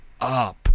up